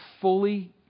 fully